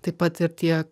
taip pat ir tie